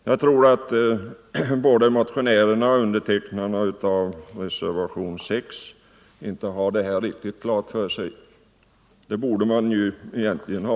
Jag tror att varken motionärerna eller de som avgivit reservationen 6 har det här riktigt klart för sig. Det borde man ju egentligen ha.